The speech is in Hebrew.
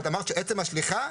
את אמרת שעצם השליחה.